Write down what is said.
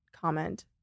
comment